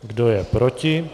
Kdo je proti?